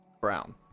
brown